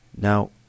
Now